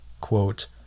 quote